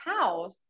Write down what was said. house